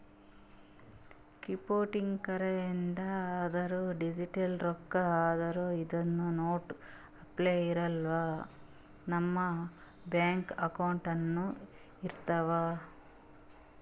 cryptocurrency ಅಂದ್ರ digital ರೊಕ್ಕಾ ಆದ್ರ್ ಇದು ನೋಟ್ ಅಪ್ಲೆ ಇರಲ್ಲ ನಮ್ ಬ್ಯಾಂಕ್ ಅಕೌಂಟ್ನಾಗ್ ಇರ್ತವ್